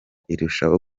irushaho